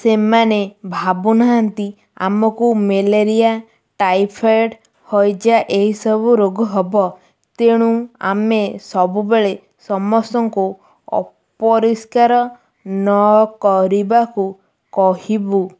ସେମାନେ ଭାବୁନାହାନ୍ତି ଆମକୁ ମ୍ୟାଲେରିଆ ଟାଇଫଏଡ଼୍ ହଇଜା ଏହିସବୁ ରୋଗ ହବ ତେଣୁ ଆମେ ସବୁବେଳେ ସମସ୍ତଙ୍କୁ ଅପରିଷ୍କାର ନକରିବାକୁ କହିବୁ